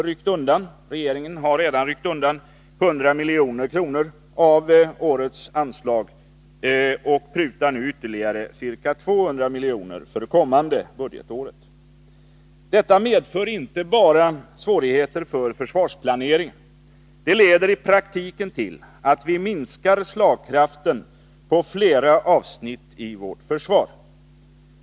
Regeringen har redan ryckt undan 100 milj.kr. av årets anslag och prutar nu ytterligare ca 200 miljoner för det kommande budgetåret. Detta medför svårigheter inte bara för försvarsplaneringen. Det leder i praktiken till att vi minskar slagkraften på flera avsnitt i vårt försvar.